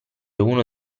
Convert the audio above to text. uno